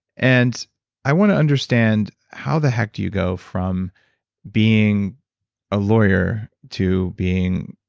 and i want to understand, how the heck do you go from being a lawyer to being